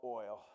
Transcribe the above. oil